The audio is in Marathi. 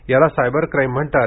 याला सायबर क्राईम म्हणतात